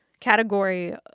category